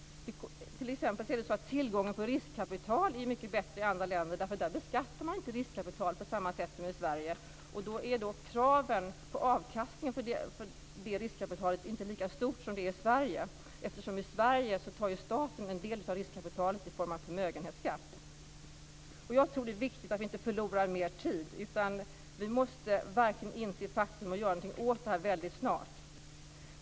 T.ex. är tillgången på riskkapital mycket bättre i andra länder, därför att där beskattas inte riskkapital på samma sätt som i Sverige. Kravet på avkastning på riskkapital är inte lika stort där som det är i Sverige, för i Sverige tar ju staten en del av riskkapitalet i form av förmögenhetsskatt. Jag tror att det är viktigt att vi inte förlorar mer tid, utan vi måste verkligen inse faktum och göra någonting åt detta väldigt snart.